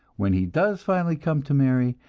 when he does finally come to marry,